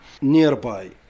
nearby